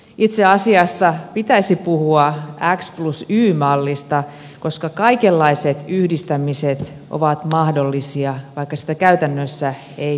itse asiassa pitäisi puhua x plus y mallista koska kaikenlaiset yhdistämiset ovat mahdollisia vaikka sitä käytännössä ei muistetakaan